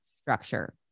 structure